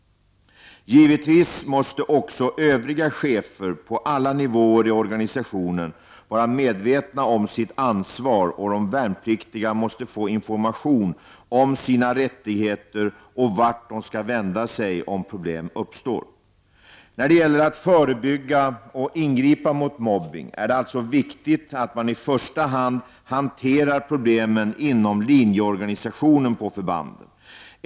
Givetvis måste också övriga chefer på alla nivåer i organisationen vara medvetna om sitt ansvar och de värnpliktiga måste få information om sina rättigheter och vart de skall vända sig om problem uppstår. När det gäller att förebygga och ingripa mot mobbning är det alltså viktigt att man i första hand hanterar problemen inom linjeorganisationen på förbanden.